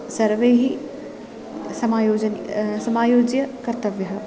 सर्वैः समायोजनं समायोज्य कर्तव्यः